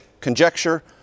conjecture